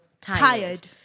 tired